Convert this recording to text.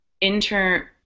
intern